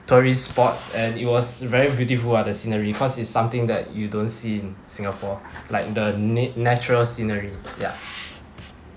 tourist spots and it was very beautiful ah the scenery cause is something that you don't see in singapore like the ne~ natural scenery ya